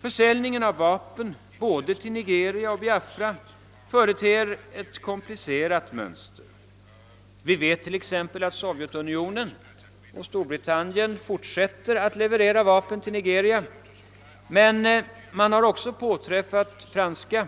Försäljningen av vapen, både till Nigeria och till Biafra, företer ett komplicerat mönster. Vi vel t.ex. att Sovjetunionen och Storbritannien fortsätter att leverera vapen till Nigeria, men man har också påträffat franska,